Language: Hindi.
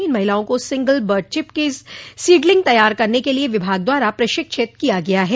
इन महिलाओं को सिंगल बर्ड चिप के सीडलिंग तैयार करने के लिये विभाग द्वारा प्रशिक्षित किया गया है